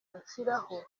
bashyiraho